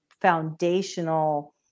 foundational